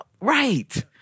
Right